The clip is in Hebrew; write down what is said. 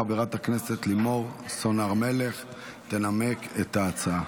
חברת הכנסת לימור סון הר מלך תנמק את ההצעה.